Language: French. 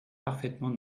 parfaitement